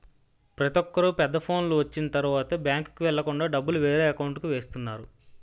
ప్రతొక్కరు పెద్ద ఫోనులు వచ్చిన తరువాత బ్యాంకుకి వెళ్ళకుండా డబ్బులు వేరే అకౌంట్కి వేస్తున్నారు